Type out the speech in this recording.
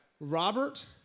Robert